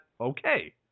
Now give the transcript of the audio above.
okay